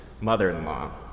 mother-in-law